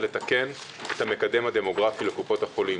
לתקן את המקדם הדמוגרפי לקופות החולים.